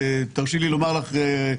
תרשי לי לומר לך,